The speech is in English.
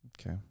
Okay